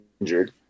injured